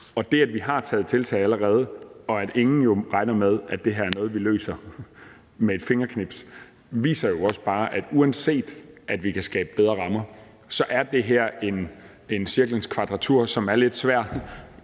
Og det, at vi har taget tiltag allerede, og at ingen jo regner med, at det her er noget, vi løser med et fingerknips, viser jo også bare, at uanset at vi kan skabe bedre rammer, er det her et cirklens kvadratur, som er lidt svært,